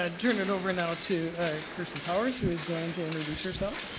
ah turn it over, now, to kirsten powers, who is going to introduce herself.